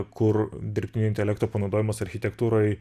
kur dirbtinio intelekto panaudojimas architektūroj